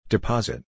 Deposit